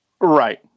Right